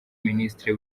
minisitiri